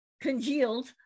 congealed